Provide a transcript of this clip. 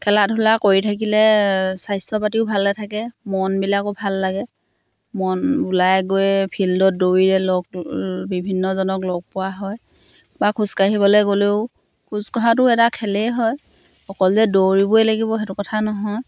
খেলা ধূলা কৰি থাকিলে স্বাস্থ্য পাতিও ভালে থাকে মনবিলাকো ভাল লাগে মন ওলাই গৈয়ে ফিল্ডত দৌৰিলে লগ বিভিন্নজনক লগ পোৱা হয় বা খোজকাঢ়িবলৈ গ'লেও খোজ কঢ়াটো এটা খেলেই হয় অকল যে দৌৰিবই লাগিব সেইটো কথা নহয়